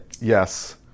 yes